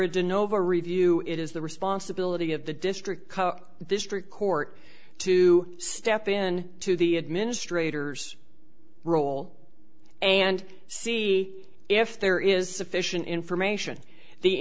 innova review it is the responsibility of the district this street court to step in to the administrators role and see if there is sufficient information the